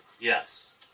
Yes